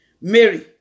Mary